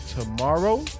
tomorrow